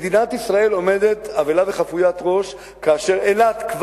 מדינת ישראל עומדת אבלה וחפוית ראש כאשר אילת,